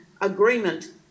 agreement